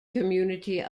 community